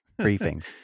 briefings